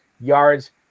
yards